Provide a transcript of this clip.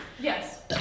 Yes